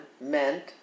meant